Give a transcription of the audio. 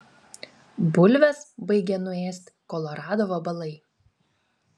bulves baigia nuėst kolorado vabalai